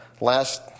last